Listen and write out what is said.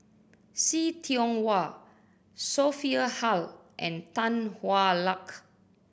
See Tiong Wah Sophia Hull and Tan Hwa Luck